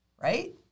right